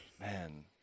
Man